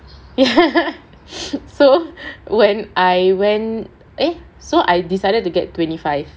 so when I went eh so I decided to get twenty five